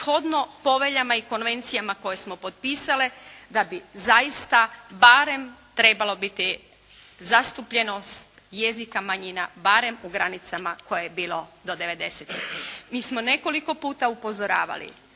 poveljama i konvencijama koje smo potpisale da bi zaista barem trebalo biti zastupljenost jezika manjina barem u granicama koje je bilo do '91. Mi smo nekoliko puta upozoravali